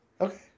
Okay